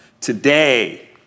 Today